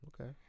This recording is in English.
Okay